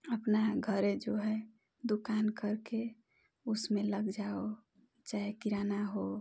अपना घरे जो है दुकान करके उसमें लग जाओ चाहे किराना हो